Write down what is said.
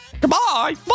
Goodbye